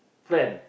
friend